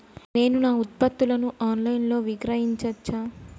నేను నా ఉత్పత్తులను ఆన్ లైన్ లో విక్రయించచ్చా?